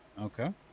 Okay